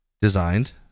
designed